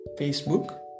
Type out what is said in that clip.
facebook